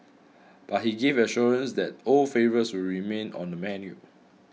but he gave assurance that old favourites remain on the menu